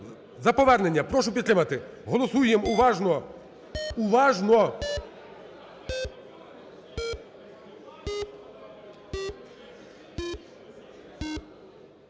за повернення. Прошу підтримати. Голосуємо уважно. Уважно!